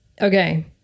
okay